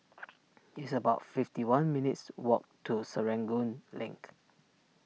it's about fifty one minutes' walk to Serangoon Link